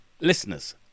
Listeners